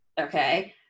Okay